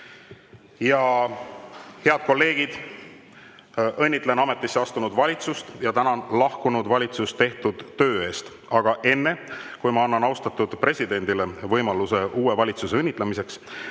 Head kolleegid! Õnnitlen ametisse astunud valitsust ja tänan lahkunud valitsust tehtud töö eest. Aga enne, kui ma annan austatud presidendile võimaluse uue valitsuse õnnitlemiseks,